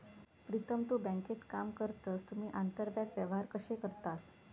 प्रीतम तु बँकेत काम करतस तुम्ही आंतरबँक व्यवहार कशे करतास?